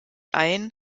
ein